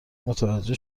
متوجه